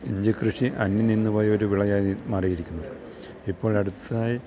ഇഞ്ചി കൃഷി അന്യം നിന്നു പോയൊരു വിളയായി മാറിയിരിക്കുന്നു ഇപ്പോഴടുത്തതായി